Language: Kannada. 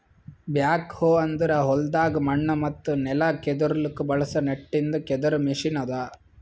ಬ್ಯಾಕ್ ಹೋ ಅಂದುರ್ ಹೊಲ್ದಾಗ್ ಮಣ್ಣ ಮತ್ತ ನೆಲ ಕೆದುರ್ಲುಕ್ ಬಳಸ ನಟ್ಟಿಂದ್ ಕೆದರ್ ಮೆಷಿನ್ ಅದಾ